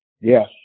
Yes